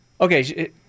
Okay